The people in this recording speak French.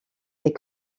des